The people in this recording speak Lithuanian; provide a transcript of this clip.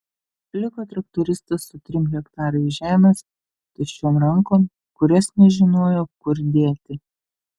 liko traktoristas su trim hektarais žemės tuščiom rankom kurias nežinojo kur dėti